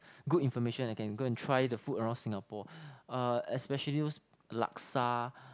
good information I can go and try the food around Singapore uh especially those laksa